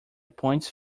points